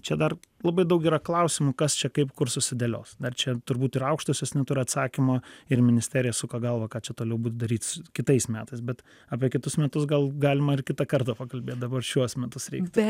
čia dar labai daug yra klausimų kas čia kaip kur susidėlios dar čia turbūt ir aukštosios neturi atsakymo ir ministerija suka galvą ką čia toliau daryt su kitais metais bet apie kitus metus gal galima ir kitą kartą pakalbėt dabar šiuos metus reiktų